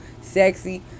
sexy